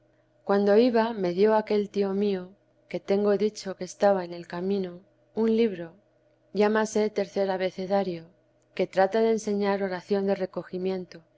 cuando iba me dio aquel tío mío que tengo dicho que estaba en el camino un libro llámase tercer abecedario que trata de enseñar oración de recogimiento